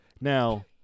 now